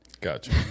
gotcha